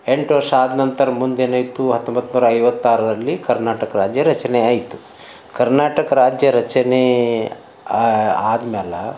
ಎಂಟು ವರ್ಷ ಆದ ನಂತರ ಮುಂದೆ ಏನಾಯಿತು ಹತ್ತೊಂಬತ್ನೂರ ಐವತ್ತಾರರಲ್ಲಿ ಕರ್ನಾಟಕ ರಾಜ್ಯ ರಚನೆ ಆಯಿತು ಕರ್ನಾಟಕ ರಾಜ್ಯ ರಚನೆ ಆದಮ್ಯಾಲ